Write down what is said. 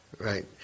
Right